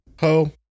ho